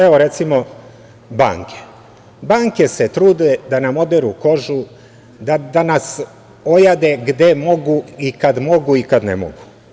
Evo, recimo, banke, banke se trude da nam oderu kožu, da nas ojade gde mogu i kad mogu i kad ne mogu.